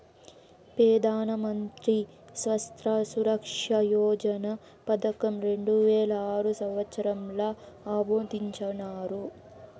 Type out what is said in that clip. పెదానమంత్రి స్వాస్త్య సురక్ష యోజన పదకం రెండువేల ఆరు సంవత్సరంల ఆమోదించినారు